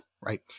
right